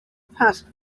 passed